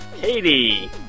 Katie